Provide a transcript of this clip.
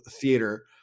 theater